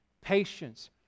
patience